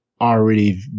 already